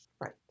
Right